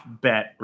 bet